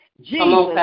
Jesus